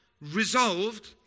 resolved